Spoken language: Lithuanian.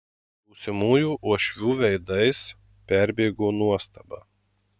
būsimųjų uošvių veidais perbėgo nuostaba